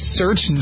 search